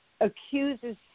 accuses